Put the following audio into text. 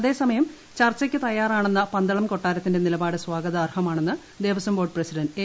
അതേസമയം ചർച്ചയ്ക്കു തയാറാണെന്ന പന്തളം കൊട്ടാരത്തിന്റെ നിലപാട് സ്വാഗതാർഹമെന്ന് ദേവസ്വം ബോർഡ് പ്രസിഡന്റ് എ